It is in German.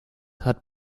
hat